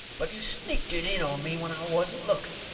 but you sneaked it in on me when i wasn't looking.